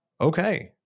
okay